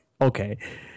okay